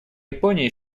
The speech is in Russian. японии